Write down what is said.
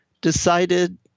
decided